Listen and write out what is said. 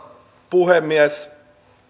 puhemies